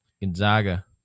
Gonzaga